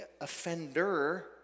offender